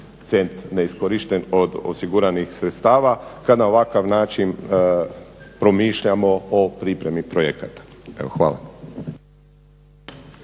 cent neiskorišten od osiguranih sredstava kad na ovakav način promišljamo o pripremi projekata. Hvala.